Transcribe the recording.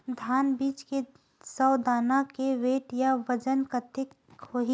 धान बीज के सौ दाना के वेट या बजन कतके होथे?